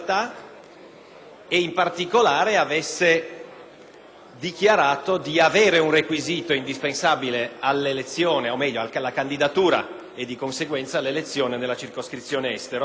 dichiarato di possedere un requisito indispensabile alla candidatura e, di conseguenza, all'elezione nella circoscrizione Estero quando invece non ce l'aveva.